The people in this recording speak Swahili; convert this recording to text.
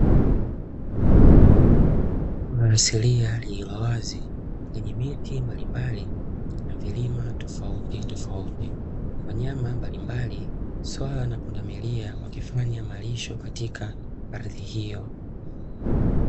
Mbuga asilia lililo wazi lenye miti mbalimbali na vilima tofauti tofauti, wanyama mbalimbali, swala na pundamilia wakifanya malisho katika ardhi hiyo.